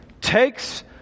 Takes